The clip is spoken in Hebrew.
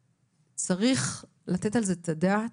צריך לתת על זה את הדעת.